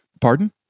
pardon